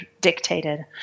dictated